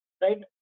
right